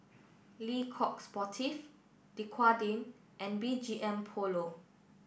Le Coq Sportif Dequadin and B G M Polo